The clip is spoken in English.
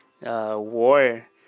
war